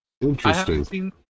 interesting